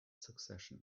succession